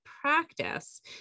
practice